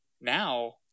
now